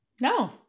No